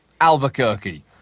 Albuquerque